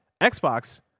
Xbox